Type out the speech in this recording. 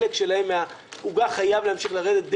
חלק שלהם מהעוגה חייב להמשיך לרדת,